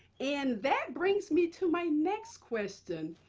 and that brings me to my next question.